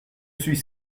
suis